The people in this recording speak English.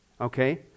okay